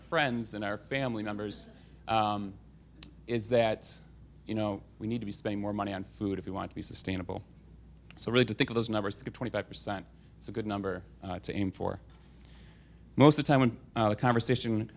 friends and our family members is that you know we need to be spending more money on food if you want to be sustainable so really to think of those numbers to twenty five percent is a good number to aim for most of time when the conversation